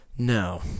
No